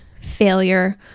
failure